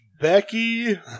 Becky